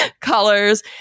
colors